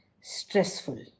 stressful